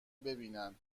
ببینن